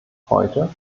heute